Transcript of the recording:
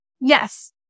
Yes